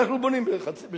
ואנחנו בונים בשנתיים.